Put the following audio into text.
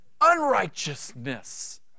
unrighteousness